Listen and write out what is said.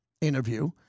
interview